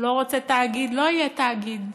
הוא לא רוצה תאגיד, לא יהיה תאגיד.